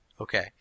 Okay